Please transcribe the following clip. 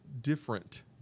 different